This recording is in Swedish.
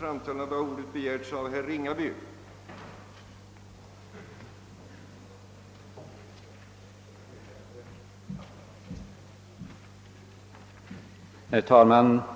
eller utvidga beräkningsgrunderna för kvalificeringsdagarna.